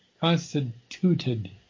constituted